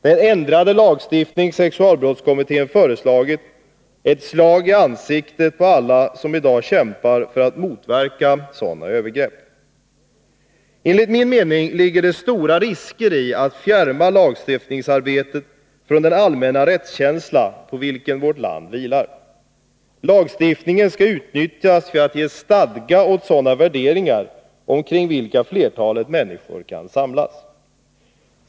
Den ändrade lagstiftning som sexualbrottskommittén har föreslagit är ett slag i ansiktet på alla dem som i dag kämpar för att motverka sådana övergrepp. Enligt min mening ligger det stora risker i att fjärma lagstiftningsarbetet från den allmänna rättskänsla på vilken vårt land vilar. Lagstiftningen skall utnyttjas för att ge stadga åt sådana värderingar omkring vilka flertalet människor kan samlas.